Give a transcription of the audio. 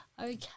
Okay